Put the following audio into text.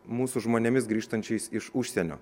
mūsų žmonėmis grįžtančiais iš užsienio